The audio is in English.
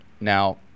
Now